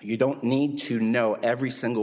you don't need to know every single